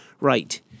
Right